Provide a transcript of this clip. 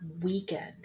weekend